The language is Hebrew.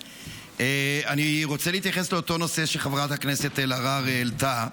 אני רוצה להתייחס לאותו נושא שחברת הכנסת אלהרר העלתה.